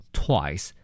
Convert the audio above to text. twice